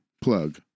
plug